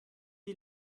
die